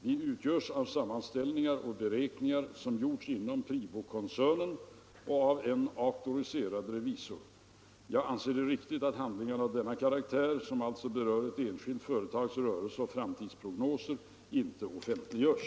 De utgörs av sammanställningar och beräkningar som gjorts inom PRIBO-koncernen och av en auktoriserad revisor. Jag anser det riktigt att handlingar av denna karaktär — som alltså berör ett enskilt företags rörelse och framtidsprognoser — inte offentliggörs.